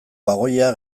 bagoia